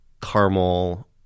caramel